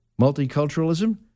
multiculturalism